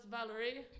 Valerie